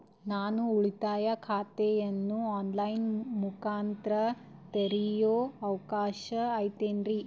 ನಾನು ಉಳಿತಾಯ ಖಾತೆಯನ್ನು ಆನ್ ಲೈನ್ ಮುಖಾಂತರ ತೆರಿಯೋ ಅವಕಾಶ ಐತೇನ್ರಿ?